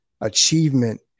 achievement